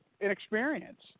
inexperience